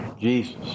Jesus